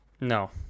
No